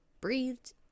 breathed